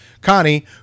Connie